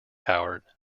howard